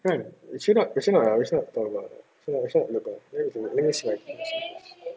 kan it's not it's not it's not cepat it's like